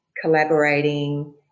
collaborating